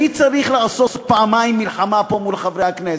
מי צריך לעשות פעמיים מלחמה פה מול חברי הכנסת?